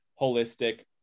holistic